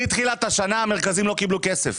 מתחילת השנה המרכזים לא קיבלו כסף.